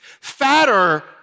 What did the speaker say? fatter